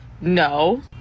no